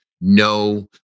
No